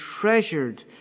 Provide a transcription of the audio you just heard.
treasured